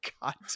god